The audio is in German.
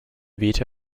wehte